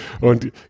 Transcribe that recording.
Und